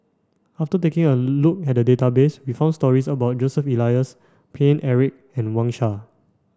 after taking a look at the database we found stories about Joseph Elias Paine Eric and Wang Sha